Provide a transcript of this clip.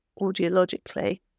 audiologically